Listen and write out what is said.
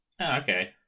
okay